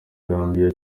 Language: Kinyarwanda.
gambiya